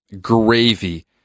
gravy